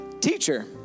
Teacher